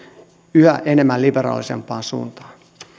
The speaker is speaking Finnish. yhä enemmän liberaalisempaan suuntaan